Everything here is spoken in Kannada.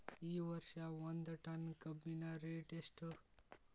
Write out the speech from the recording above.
ಈ ವರ್ಷ ಒಂದ್ ಟನ್ ಕಬ್ಬಿನ ರೇಟ್ ಎಷ್ಟು?